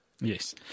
Yes